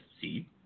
see